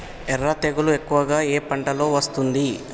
ఎర్ర తెగులు ఎక్కువగా ఏ పంటలో వస్తుంది?